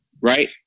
right